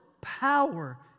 power